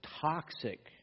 toxic